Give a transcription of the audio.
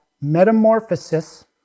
metamorphosis